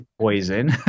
poison